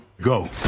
Go